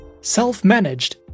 self-managed